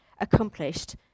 accomplished